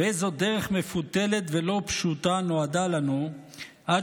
ואיזו דרך מפותלת ולא פשוטה נועדה לנו עד